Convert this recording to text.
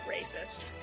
racist